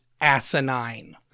asinine